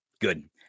Good